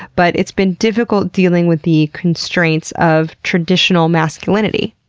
but it's been difficult dealing with the constraints of traditional masculinity.